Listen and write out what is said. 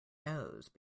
nose